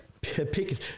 pick